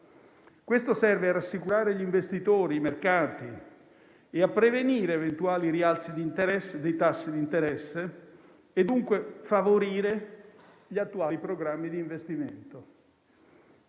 Ciò serve a rassicurare gli investitori e i mercati, a prevenire eventuali rialzi dei tassi di interesse e dunque favorire gli attuali programmi di investimento.